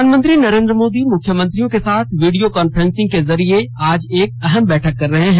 प्रधानमंत्री नरेंद्र मोदी मुख्यमंत्रियों के साथ वीडियो कांफ्रेंसिंग के जरिये आज एक अहम बैठक कर रहे हैं